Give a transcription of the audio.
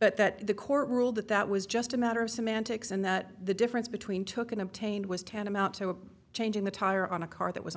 but that the court ruled that that was just a matter of semantics and that the difference between took an obtained was tantamount to a change in the tire on a car that was on